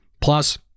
Plus